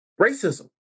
racism